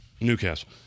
Newcastle